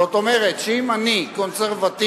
זאת אומרת שאם אני קונסרבטיבי